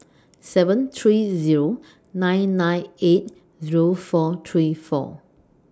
seven three Zero nine nine eight Zero four three four